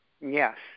Yes